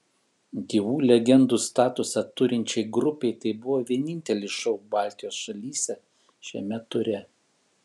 gyvų legendų statusą turinčiai grupei tai buvo vienintelis šou baltijos šalyse šiame ture